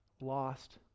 lost